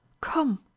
come!